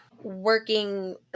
working